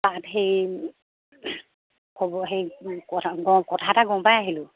তাত সেই খবৰ হেৰি কথা গম কথা এটা গম পাই আহিলোঁ